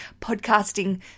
podcasting